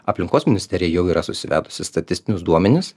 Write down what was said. aplinkos ministerija jau yra susivedusi statistinius duomenis